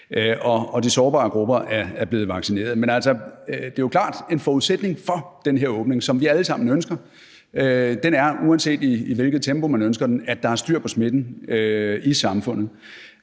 Altså, det er jo klart, at det er en forudsætning for den her åbning, som vi alle sammen ønsker, uanset i hvilket tempo man ønsker den, at der er styr på smitten i samfundet.